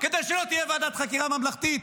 למה אתם מפחדים מוועדת חקירה ממלכתית?